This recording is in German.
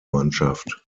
mannschaft